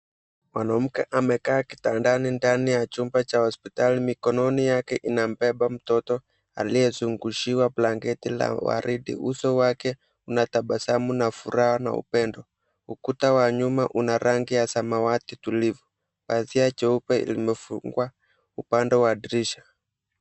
Mwanamke amekaa kitandani ndani ya chumba cha hospitali. Mikononi yake inambeba mtoto aliyezungushiwa blanketi la waridi. Uso wake unatabasamu na furaha na upendo. Ukuta wa nyuma una rangi ya samawati tulivu. Pazia jeupe limefungwa upande wa dirisha.